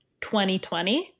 2020